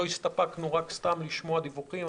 לא הסתפקנו רק סתם לשמוע דיווחים,